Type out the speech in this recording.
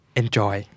enjoy